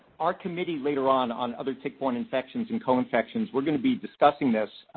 our committee later on, on other tick-borne infections and co-infections, we're going to be discussing this.